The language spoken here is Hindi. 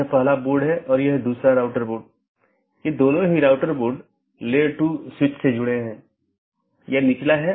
यह विज्ञापन द्वारा किया जाता है या EBGP वेपर को भेजने के लिए राउटिंग विज्ञापन बनाने में करता है